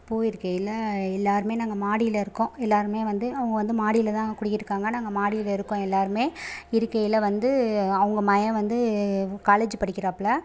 போயிருக்கையில் எல்லோருமே நாங்கள் மாடியில் இருக்கோம் எல்லோருமே வந்து அவங்க மாடியில் தான் குடி இருக்காங்க நாங்கள் மாடியில் இருக்கோம் எல்லோருமே இருக்கையில் வந்து அவங்க மைக வந்து காலேஜ் படிக்கிறாப்புல